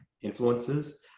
influences